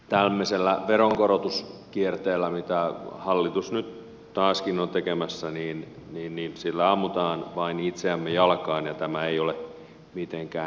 eli tämmöisellä veronkorotuskierteellä mitä hallitus nyt taaskin on tekemässä ammumme vain itseämme jalkaan ja tämä ei ole mitenkään järkevää